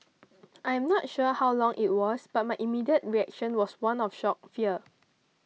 I am not sure how long it was but my immediate reaction was one of shock fear